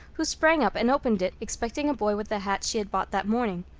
who sprang up and opened it, expecting a boy with the hat she had bought that morning.